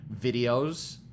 videos